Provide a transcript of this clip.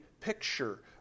picture